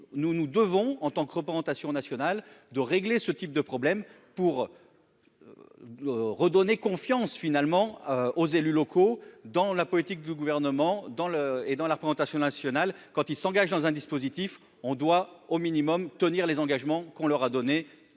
nous nous devons, en tant que représentation nationale de régler ce type de problème pour redonner confiance finalement aux élus locaux dans la politique du gouvernement dans le et dans la représentation nationale quand il s'engage dans un dispositif on doit au minimum tenir les engagements qu'on leur a donné